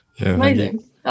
Amazing